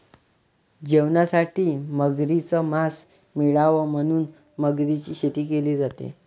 जेवणासाठी मगरीच मास मिळाव म्हणून मगरीची शेती केली जाते